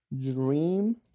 Dream